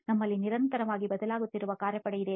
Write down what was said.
ನಮ್ಮಲ್ಲಿ ನಿರಂತರವಾಗಿ ಬದಲಾಗುತ್ತಿರುವ ಕಾರ್ಯಪಡೆ ಇದೆ